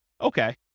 Okay